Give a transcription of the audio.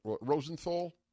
Rosenthal